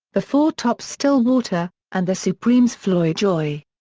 the four tops' still water and the supremes' floy joy.